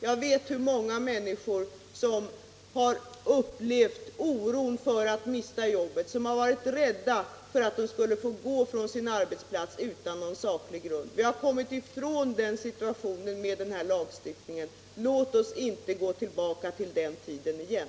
Jag vet hur många människor som har upplevt oron för att mista jobbet, som varit rädda för att de skulle bli uppsagda från sitt arbete utan saklig grund. Vi har kommit ifrån den situationen med den här lagstiftningen. Låt oss inte gå tillbaka till den tiden igen!